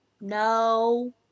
No